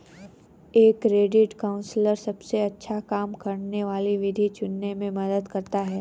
एक credit counsellor सबसे अच्छा काम करने वाली विधि चुनने में मदद करता है